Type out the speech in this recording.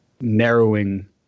narrowing